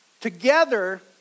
Together